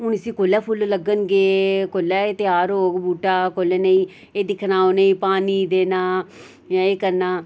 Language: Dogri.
हून इसी कुल्लै फुल्ल लग्गन गे कुल्लै एह् त्यार होग बूह्टा कुल्लै नेईं एह् दिक्खना उनेंगी पानी देना जां एह् करना